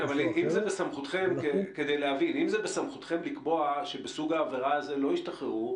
אם זה בסמכותכם לקבוע שבסוג העבירה הזה לא ישתחררו,